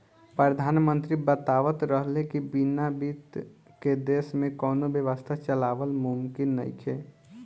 प्रधानमंत्री बतावत रहले की बिना बित्त के देश में कौनो व्यवस्था चलावल मुमकिन नइखे